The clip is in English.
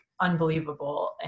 unbelievable